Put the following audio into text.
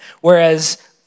Whereas